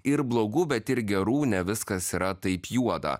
ir blogų bet ir gerų ne viskas yra taip juoda